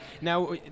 now